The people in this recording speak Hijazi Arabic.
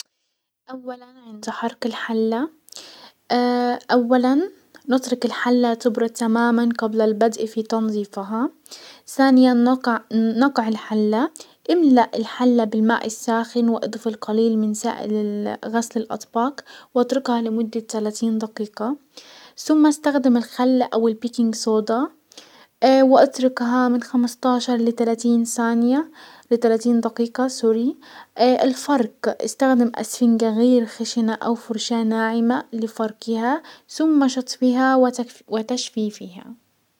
اولا عند حرق الحلة، اولا نترك الحلة تبرد تماما قبل البدء في تنظيفها. سانيا نقع الحلة، املأ الحلة بالماء الساخن واضف القليل من سائل غسل الاطباق واتركها لمدة تلاتين دقيقة، سم استخدم الخل او البيكنج صودا، واتركها من خمسةعشر لتلاتين سانية، لتلاتين دقيقة سوري، الفرق استخدم اسفنجة غير خشنة او فرشاة ناعمة لفركها، سم شطف وتجفيفها.